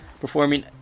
performing